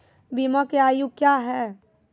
बीमा के आयु क्या हैं?